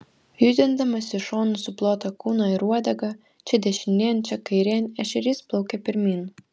judindamas iš šonų suplotą kūną ir uodegą čia dešinėn čia kairėn ešerys plaukia pirmyn